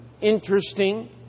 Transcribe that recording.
interesting